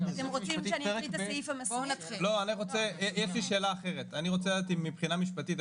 לדעת אם מבחינה משפטית,